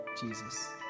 Jesus